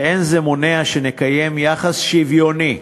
ואין זה מונע שנקיים יחס שוויוני